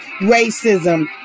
racism